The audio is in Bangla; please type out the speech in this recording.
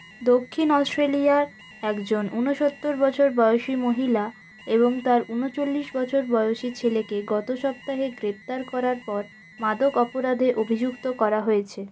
দক্ষিণ অস্ট্রেলিয়ার একজন ঊনসত্তর বছর বয়সী মহিলা এবং তাঁর ঊনচল্লিশ বছর বয়সী ছেলেকে গত সপ্তাহে গ্রেফতার করার পর মাদক অপরাধে অভিযুক্ত করা হয়েছে